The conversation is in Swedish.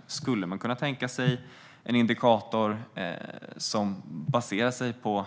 Man skulle kunna tänka sig en indikator som baserar sig på